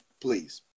Please